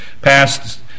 passed